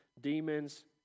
demons